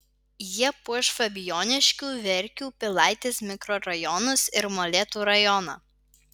jie puoš fabijoniškių verkių pilaitės mikrorajonus ir molėtų rajoną